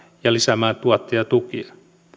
ja lisäämään tuottajatukia